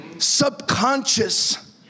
subconscious